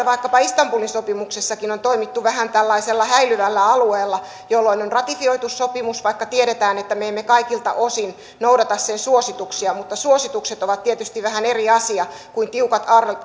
vaikkapa istanbulin sopimuksessakin on toimittu vähän tällaisella häilyvällä alueella jolloin on ratifioitu sopimus vaikka tiedetään että me emme kaikilta osin noudata sen suosituksia mutta suositukset ovat tietysti vähän eri asia kuin tiukat